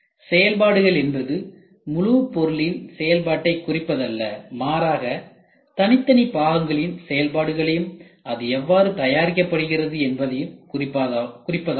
செயல்பாடுகள் என்பது முழு பொருளின் செயற்பாட்டை குறிப்பது அல்ல மாறாக அதன் தனித்தனி பாகங்களில் செயல்பாடுகளையும் அது எவ்வாறு தயாரிக்கப்படுகிறது என்பதை குறிப்பதாகும்